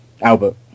Albert